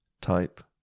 Type